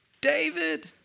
David